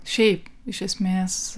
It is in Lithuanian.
šiaip iš esmės